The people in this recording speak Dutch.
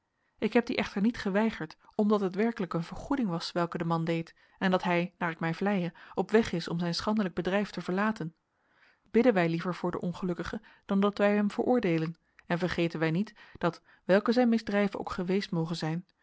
ik heb die echter niet geweigerd omdat het werkelijk een vergoeding was welke de man deed en dat hij naar ik mij vleie op weg is om zijn schandelijk bedrijf te verlaten bidden wij liever voor den ongelukkige dan dat wij hem veroordeelen en vergeten wij niet dat welke zijn misdrijven ook geweest mogen zijn